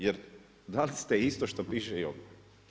Jer dali ste isto što piše i ovdje.